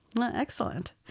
Excellent